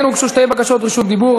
כן הוגשו שתי בקשות רשות דיבור.